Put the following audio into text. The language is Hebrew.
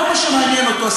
כל מה שמעניין אותו,